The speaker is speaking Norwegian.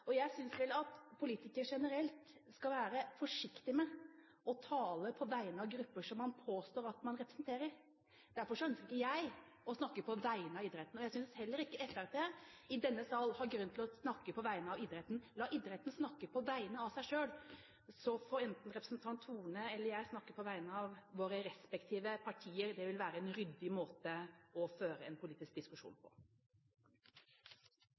Jeg synes vel at politikere generelt skal være forsiktige med å tale på vegne av grupper som man påstår at man representerer. Derfor ønsker ikke jeg å snakke på vegne av idretten. Jeg synes heller ikke Fremskrittspartiet i denne sal har grunn til å snakke på vegne av idretten. La idretten snakke på vegne av seg selv, så får representanten Horne og jeg snakke på vegne av våre respektive partier. Det vil være en ryddig måte å føre en politisk diskusjon på.